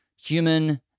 human